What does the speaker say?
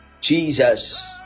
Jesus